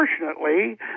unfortunately